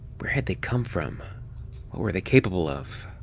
where had they come from? what were they capable of?